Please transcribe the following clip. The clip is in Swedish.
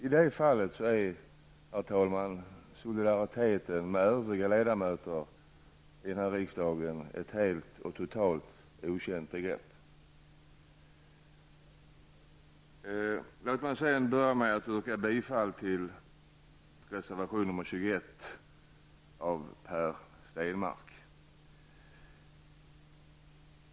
I det fallet är, herr talman, solidaritet med övriga ledamöter i den här riksdagen ett totalt okänt begrepp. Låt mig sedan yrka bifall till reservation 21 av Per Stenmarck.